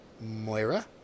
Moira